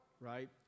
Right